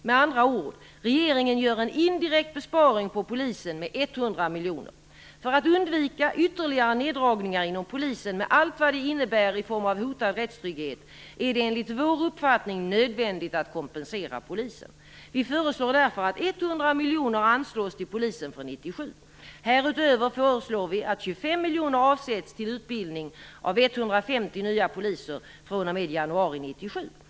Med andra ord; regeringen gör en indirekt besparing på polisen med 100 miljoner. För att undvika ytterligare neddragningar inom polisen med allt vad det innebär i form av hotad rättstrygghet är det enligt vår uppfattning nödvändigt att kompensera polisen. Vi föreslår därför att 100 miljoner anslås till polisen för 1997. Härutöver föreslår vi att 25 miljoner avsätts till utbildning av 150 nya poliser fr.o.m. januari 1997.